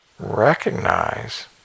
Recognize